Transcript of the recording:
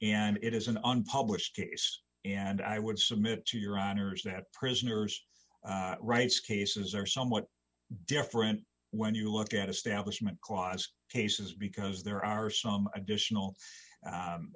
and it is an unpublished case and i would submit to your honor's that prisoners rights cases are somewhat different when you look at establishment clause cases because there are some additional